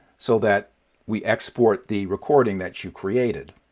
so that we export the recording that you created.